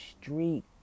street